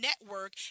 network